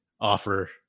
offer